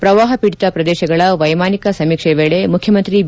ಪ್ರವಾಹ ಪೀಡಿತ ಪ್ರದೇಶಗಳ ವೈಮಾನಿಕ ಸಮೀಕ್ಷೆ ವೇಳೆ ಮುಖ್ಯಮಂತ್ರಿ ಬಿ